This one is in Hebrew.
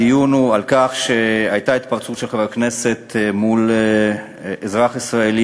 הדיון הוא על כך שהייתה התפרצות של חבר הכנסת מול אזרח ישראלי,